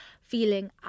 feeling